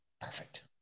Perfect